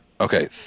Okay